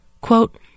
Quote